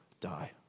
die